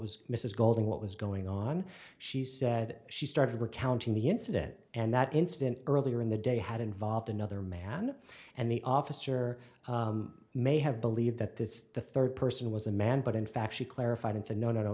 was mrs golding what was going on she said she started recounting the incident and that incident earlier in the day had involved another man and the officer may have believed that this is the third person was a man but in fact she clarified and said no no no